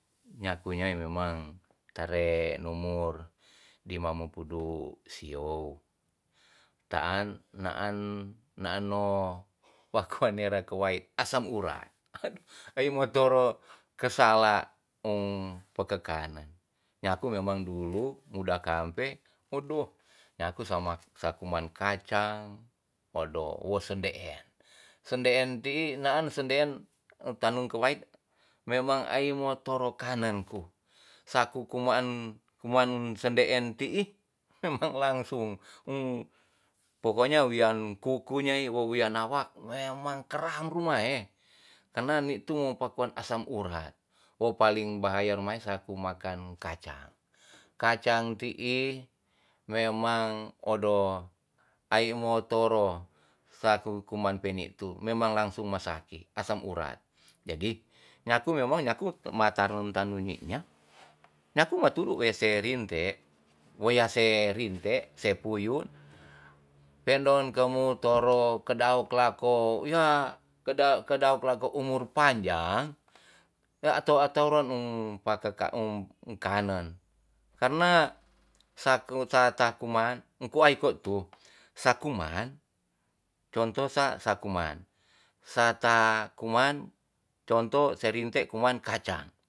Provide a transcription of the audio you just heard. Nyaku nyai memang tare numur dima mopudu siow taan naan naan no wakuan nera kuai asam urat ado ai mo toro kesala um pekekanen nyaku memang dulu muda kampek odo nyaku sama sa kuman kacang wodo sende en ti'i naan sende en tanu kuai memang ai mo toro kanen ku saku kuman kuman sende en ti'i memang langsung um pokoknya wian kuku nyai wo wean nawa memang keram rumae karna ni tu mo pakuan asam urat wo paling bahaya rumae saku makan kacang kacang ti'i memang odo ai mo toro saku kuman peni tu memang langsung masaki asam urat jadi nyaku memang nyaku matarun tanu minya nyaku maturu wese rinte wea se rinte se puyun pe'ndon kemu toro kedaok lako ya keda kedaok lako umur panjang ya ato atoron um pakeka um kanen karena sake sata kuman em ku ai ko tu sa kuman contoh sa sa kuman sa ta kuman contoh se rinte kuman kacang